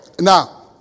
Now